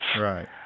Right